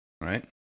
Right